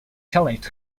challenged